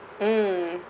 mm